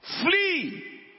Flee